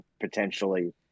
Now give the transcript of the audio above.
potentially